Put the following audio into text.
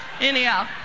Anyhow